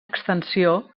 extensió